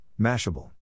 Mashable